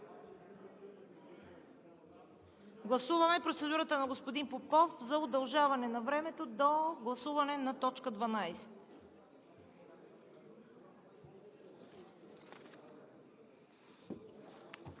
Гласуваме процедурата на господин Попов за удължаване на времето до гласуване на точка 12.